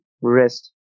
rest